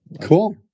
cool